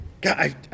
God